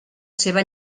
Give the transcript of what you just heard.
seva